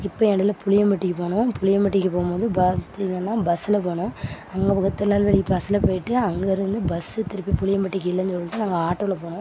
இப்போ இடையில புளியம்பட்டிக்கு போனோம் புளியம்பட்டிக்கு போகும்போது பார்த்தீங்கன்னா பஸ்ஸில் போனோம் அங்கே திருநெல்வேலிக்கு பஸ்ஸில் போய்ட்டு அங்கே இருந்து பஸ்ஸு திருப்பி புளியம்பட்டிக்கு இல்லைனு சொல்லிட்டு வந்துட்டு நாங்ள் ஆட்டோவில் போனோம்